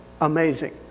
Amazing